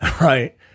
right